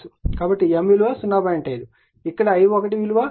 5 ఇక్కడ i1 విలువ 5 sin 400 t ఇవ్వబడుతుంది